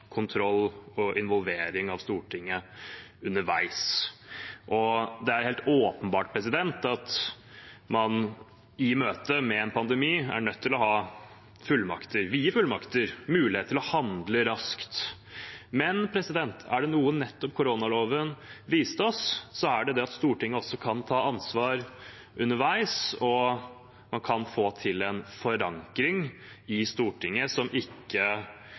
kontroll og involvering fra Stortinget underveis. Det er helt åpenbart at man i møte med en pandemi er nødt til å ha fullmakter – vide fullmakter – og mulighet til å handle raskt, men er det noe nettopp koronaloven har vist oss, er det at Stortinget også kan ta ansvar underveis. Man kan få til en forankring i Stortinget som ikke